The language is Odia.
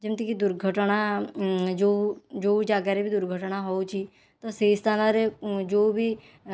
ଯେମିତିକି ଦୁର୍ଘଟଣା ଯେଉଁ ଯେଉଁ ଜାଗାରେ ବି ଦୁର୍ଘଟଣା ହେଉଛି ତ ସେହି ସ୍ଥାନରେ ଯେଉଁ ବି ବାଇକ ଚାଳକ ହେଉ